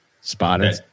Spotted